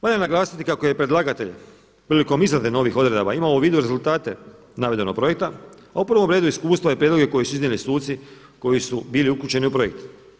Valja naglasiti kako je predlagatelj prilikom izrade novih odredaba imao u vidu rezultate navedenog projekta, a u prvom redu iskustva i prijedloge koje su iznijeli suci koji su bili uključeni u projekt.